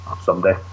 someday